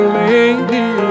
lady